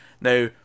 now